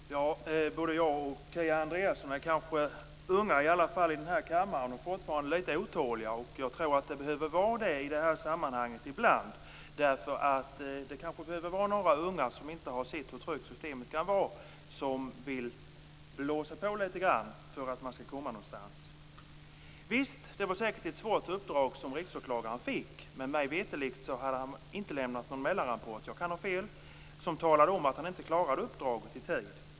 Fru talman! Både jag och Kia Andreasson är kanske unga - i alla fall i den här kammaren - och fortfarande litet otåliga. Jag tror att det ibland behöver finnas de som är otåliga i sådana här frågor. Det kanske behöver finnas några unga som inte har sett hur trögt systemet kan vara, som vill blåsa på litet grand för att man skall komma någonstans. Det var säkert ett svårt uppdrag som riksåklagaren fick. Men mig veterligt lämnade han inte någon mellanrapport - jag kan ha fel - som talade om att han inte klarade av uppdraget i tid.